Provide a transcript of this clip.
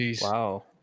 wow